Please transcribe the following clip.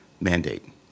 mandate